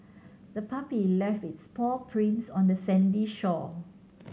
the puppy left its paw prints on the sandy shore